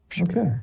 Okay